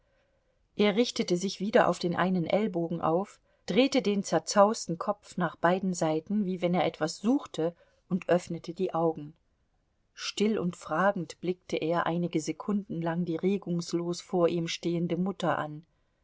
er richtete sich wieder auf den einen ellbogen auf drehte den zerzausten kopf nach beiden seiten wie wenn er etwas suchte und öffnete die augen still und fragend blickte er einige sekunden lang die regungslos vor ihm stehende mutter an